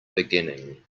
beginning